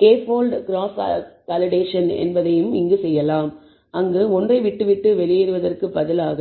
K fold cross validation எனப்படுவதையும் இங்கு செய்யலாம் அங்கு ஒன்றை விட்டு வெளியேறுவதற்கு பதிலாக